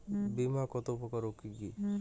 বীমা কত প্রকার ও কি কি?